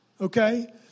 okay